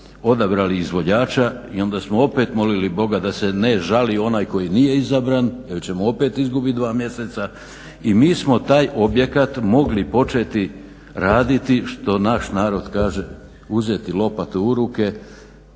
odabrali izvođači i onda smo opet molili Boga da se ne žali onaj koji nije izabran jer ćemo opet izgubit dva mjeseca i mi smo taj objekat mogli početi raditi što naš narod kaže uzeti lopatu u ruke,